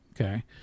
Okay